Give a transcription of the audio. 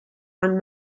ond